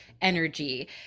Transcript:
energy